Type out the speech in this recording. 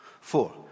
Four